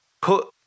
put